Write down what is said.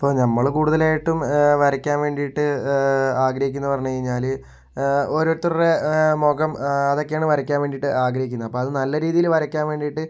ഇപ്പോൾ ഞമ്മൾ കൂടുതലായിട്ടും വരയ്ക്കാൻ വേണ്ടിയിട്ട് ആഗ്രഹിക്കുന്നവർ എന്നു പറഞ്ഞ് കഴിഞ്ഞാൽ ഓരോരുത്തരുടെ മുഖം അതൊക്കെയാണ് വരയ്ക്കാൻ വേണ്ടിയിട്ട് ആഗ്രഹിക്കുന്നത് അപ്പം അത് നല്ല രീതിയിൽ വരയ്ക്കാൻ വേണ്ടിയിട്ട്